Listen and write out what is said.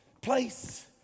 Place